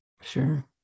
Sure